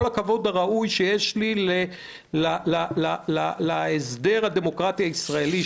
הכבוד הראוי שיש לי להסדר הדמוקרטי הישראלי,